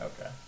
Okay